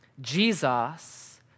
Jesus